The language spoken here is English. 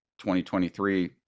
2023